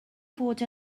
fod